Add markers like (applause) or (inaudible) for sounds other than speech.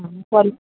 (unintelligible)